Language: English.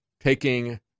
taking